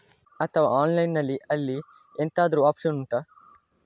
ಅಥವಾ ಆನ್ಲೈನ್ ಅಲ್ಲಿ ಎಂತಾದ್ರೂ ಒಪ್ಶನ್ ಉಂಟಾ